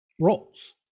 roles